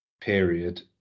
period